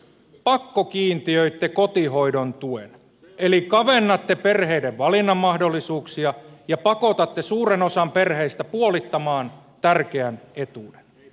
pakkokiintiöitte kotihoidon tuen eli kavennatte perheiden valinnanmahdollisuuksia ja pakotatte suuren osan perheistä puolittamaan tärkeän etuuden